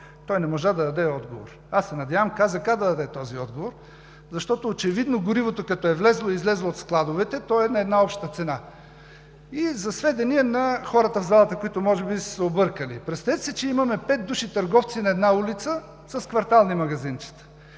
той не можа да даде отговор. Аз се надявам КЗК да даде този отговор, защото очевидно горивото, като е влязло и излязло от складовете, е на една обща цена. И за сведение на хората в залата, които може би са се объркали, представете си, че имаме пет души търговци на една улица с квартални магазинчета.